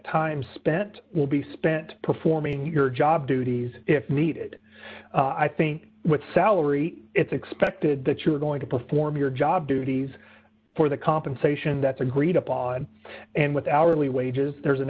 time spent will be spent performing your job duties if needed i think with salary it's expected that you're going to perform your job duties for the compensation that's agreed upon and with hourly wages there's an